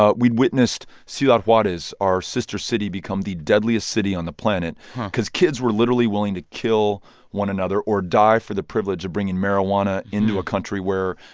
ah we'd witnessed ciudad juarez, our sister city, become the deadliest city on the planet because kids were literally willing to kill one another or die for the privilege of bringing marijuana into a country where,